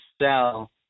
sell